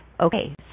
Okay